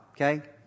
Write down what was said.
Okay